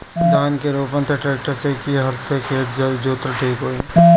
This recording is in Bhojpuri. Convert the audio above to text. धान के रोपन मे ट्रेक्टर से की हल से खेत जोतल ठीक होई?